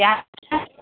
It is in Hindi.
क्या